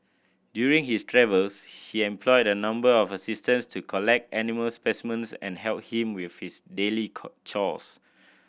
during his travels he employed a number of assistants to collect animal specimens and help him with his daily chores